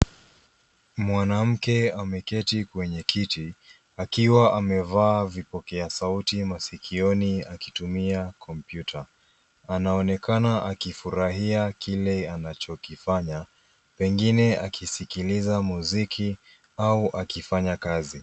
Mwanamke ameketi kwenye kiti akiwa amevaa vipokea sauti masikioni akitumia kompyuta. Anaonekana akifurahia kile anachokifanya pengine akiskiliza muziki au akifanya kazi.